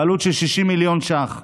בעלות של 60 מיליון ש"ח.